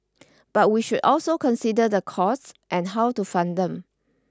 but we should also consider the costs and how to fund them